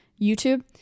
YouTube